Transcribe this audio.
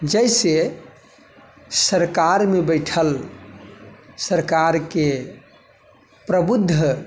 जाहिसँ सरकारमे बैठल सरकारके प्रबुद्ध